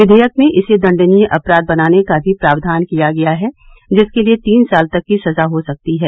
विघेयक में इसे दंडनीय अपराध बनाने का भी प्रावधान किया गया है जिसके लिए तीन साल तक की सजा हो सकती है